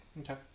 Okay